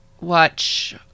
watch